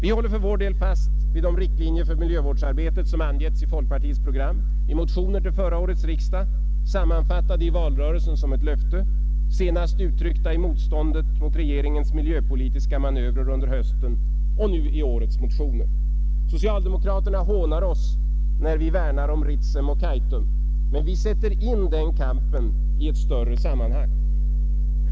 Vi håller för vår del fast vid de riktlinjer för miljövårdsarbetet som angivits i folkpartiets program, i motioner till förra årets riksdag — sammanfattade i valrörelsen som ett löfte —, senast uttryckta i motståndet mot regeringens miljöpolitiska manövrer under hösten och nu i årets motioner. Socialdemokraterna hånar oss när vi värnar om Ritsem och Kaitum, men vi sätter in den kampen i ett större sammanhang.